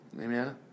Amen